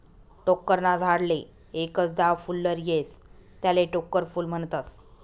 टोक्कर ना झाडले एकच दाव फुल्लर येस त्याले टोक्कर फूल म्हनतस